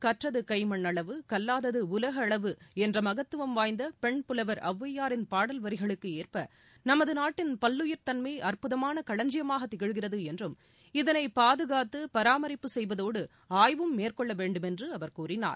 கற்றது கை மண்ணளவு கல்லாதது உலகளவு என்ற மகத்துவம் வாய்ந்த பெண் புலவர் ஔவையாரின் பாடல் வரிகளுக்கேற்ப நமது நாட்டின் பல்லுயிர்தன்மை அற்புதமான களஞ்சியமாக திகழ்கிறது என்றும் இதனை பாதுகாத்து பாரமரிப்பு செய்வதோடு ஆய்வும் மேற்கொள்ள வேண்டும் என்று அவர் கூறினார்